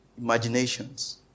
imaginations